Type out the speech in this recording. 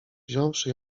wziąwszy